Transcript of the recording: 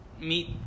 meet